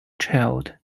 child